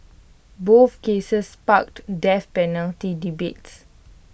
both cases sparked death penalty debates